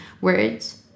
words